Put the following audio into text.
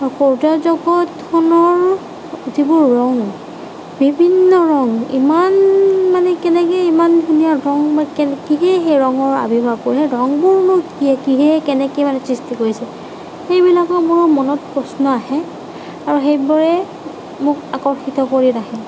সৌৰজগতখনৰ যিবোৰ ৰং বিভিন্ন ৰং ইমান মানে কেনেকৈ ইমান ধুনীয়া ৰং মানে কিহে সেই ৰঙৰ আৱিৰ্ভাৱ হ'ল ৰঙবোৰনো কিহে কেনেকৈ মানে সৃষ্টি কৰিছে সেইবিলাকৰ মোৰ মনত প্ৰশ্ন আহে আৰু সেইবোৰে মোক আকৰ্ষিত কৰি ৰাখে